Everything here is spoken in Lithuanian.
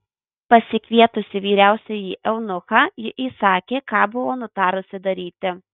pasikvietusi vyriausiąjį eunuchą ji įsakė ką buvo nutarusi daryti